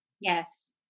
Yes